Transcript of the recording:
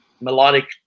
melodic